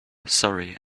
surrey